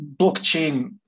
blockchain